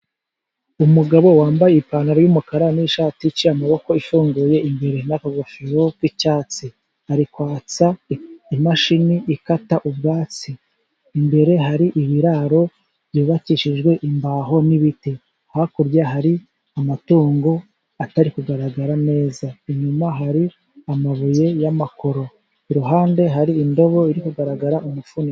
Umugabo wambaye ipantaro y'umukara n'ishati iciye amaboko ifunguye imbere, n'akagofero k'icyatsi. Ari kwatsa imashini ikata ubwatsi. Imbere hari ibiraro byubakishijwe imbaho n'ibiti, hakurya hari amatungo atari kugaragara neza. Inyuma hari amabuye y'amakoro, iruhande hari indobo iri kugaragara umufuniko.